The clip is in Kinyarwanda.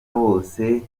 bose